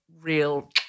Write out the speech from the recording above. real